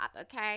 okay